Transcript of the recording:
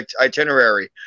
itinerary